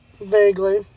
Vaguely